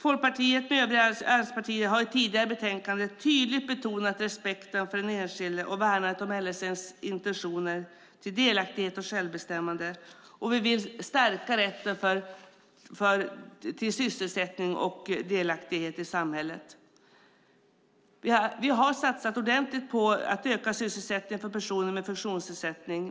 Folkpartiet med övriga allianspartier har i tidigare betänkande tydligt betonat respekten för den enskilde och värnandet om LSS intentioner till delaktighet och självbestämmande. Vi vill stärka rätten till sysselsättning och delaktighet i samhället. Vi har satsat ordentligt på att öka sysselsättningen för personer med funktionsnedsättning.